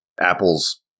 Apple's